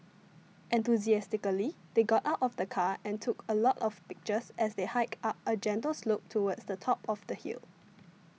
enthusiastically they got out of the car and took a lot of pictures as they hiked up a gentle slope towards the top of the hill